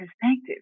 perspective